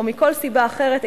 או מכל סיבה אחרת,